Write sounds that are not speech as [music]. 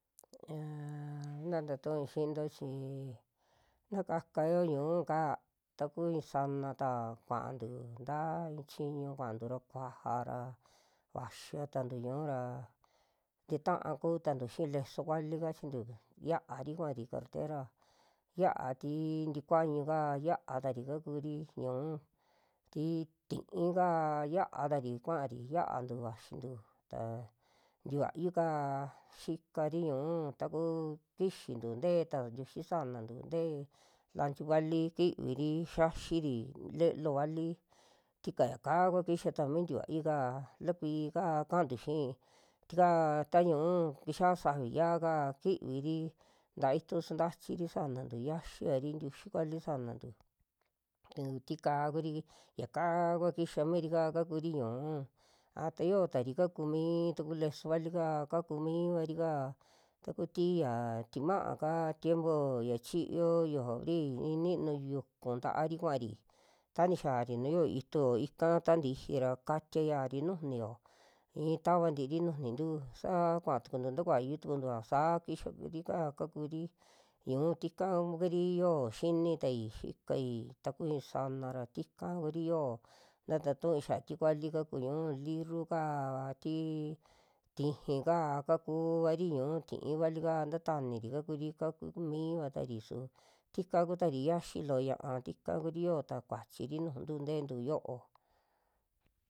Yaaa na taa tu'ui xiinto chi na kakao ñuuka, taku i'in sana taa kuantu ta i'i chiñu kuaja ra vaxiatantu ñuu ra kitaa kuu tantu xii leso vali kachintu xiaari kua'ari kartera, xia tii ntikuañu'ka ya'atari kakuri ñuu, tii ti'í kaa xia'a tari kuari xaantu vaxintu, ta tikuayu kaa xikari ñuu taku kixintu te'e ta ntiuxi sanantu tee lanchi vali kiviri xiaxiri le'elo vali tikaya [unintelligible] yaka kua kixa taami tikuayu'ka lakuiika kaantu xii, tikaa ta ñuu kixia safi yia'aka kiviri ta itu xintachi sanantu xiaxivari ntiuxi vali sanantu [noise] tu tika kuri, yaka kua kixa miiri'ka kakuri ñuu a ta yotari kakuu mii tuku leso vali'ka kaku miivari kaa, taku ti yaa timaa'ka tiempo ya chiyoo yojo abri i'i ninu yukun ta'ari kuari ta ni xiaari nuu yio itu'o ika ta ntiji ra katia ya'ati nujunio i'i tavantiiri nujunintu saa kua'a tukuntu tukuyu tukuntua saa kixavrika kakuri ñuu, tika kumiri yo'o xinitai xikai takui sana ra tika kuri yoo, na tatu'ui xiaa tikuali kakuu ñuu lirru'ka tii tiji'ka kakuu vari ñuu ti'í vali'ka tataniri kakuri, kakumiva tari su tika kutari xiaxi loo ña'a tika kuri yoo ta kuachi nujuntu te'entu yo'o.